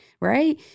right